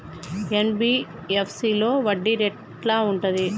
NBFC లో వడ్డీ ఎట్లా ఉంటది?